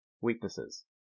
Weaknesses